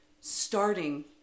starting